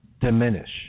diminish